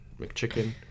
McChicken